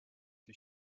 die